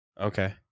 Okay